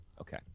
Okay